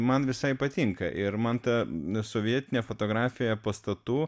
man visai patinka ir man ta sovietinė fotografija pastatų